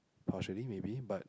partially maybe but